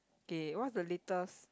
K what's the latest